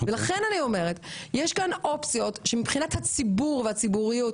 יש כאן אופציות שמבחינת הציבור והציבוריות